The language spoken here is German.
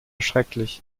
schrecklich